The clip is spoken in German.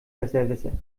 besserwisser